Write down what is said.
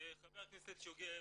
חבר הכנסת יוגב,